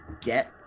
get